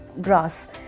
grass